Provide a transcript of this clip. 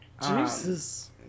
Jesus